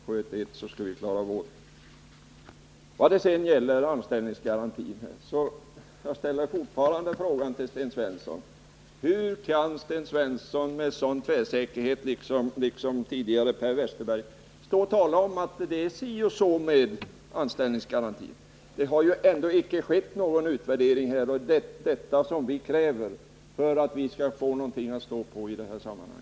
Sköt ert, så skall vi klara När det gäller anställningsgarantin ställer jag än en gång följande fråga: Hur kan Sten Svensson och Per Westerberg med sådan tvärsäkerhet uttala sig om att det förhåller sig si och så med anställningsgarantin? Det har ju icke gjorts någon utvärdering. Men vi har krävt att en sådan skall göras, för att vi skall få en grund att stå på i detta sammanhang.